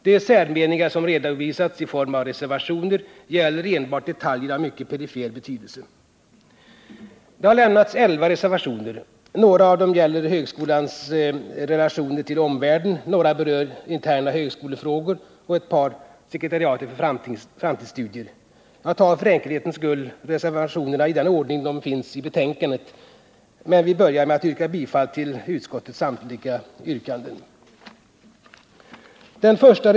De särmeningar som redovisats i form av reservationer gäller enbart detaljer av mycket perifer betydelse. Det har lämnats elva reservationer. Några av dem gäller högskolans relationer till omvärlden, några berör interna högskolefrågor och ett par gäller sekretariatet för framtidsstudier. För enkelhetens skull tar jag reservationerna i den ordning de fogats till betänkandet. Jag vill då börja med att yrka bifall till utskottets hemställan under samtliga punkter.